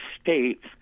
states